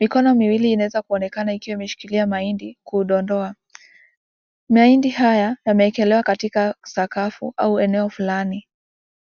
Mikono miwili ina weza kuonekana ikiwa ime shikilia mahindi kudondoa, mahindi haya yame ekelewa katika safu au eneo fulani,